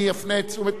אני אפנה את תשומת,